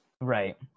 Right